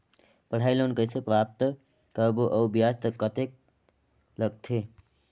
पढ़ाई लोन कइसे प्राप्त करबो अउ ब्याज कतेक लगथे?